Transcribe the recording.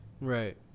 Right